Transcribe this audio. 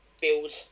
build